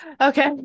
Okay